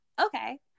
okay